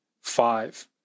five